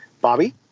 Bobby